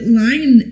line